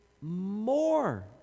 more